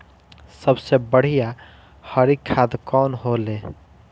सबसे बढ़िया हरी खाद कवन होले?